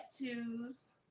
tattoos